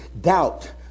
doubt